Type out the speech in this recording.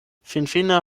finfine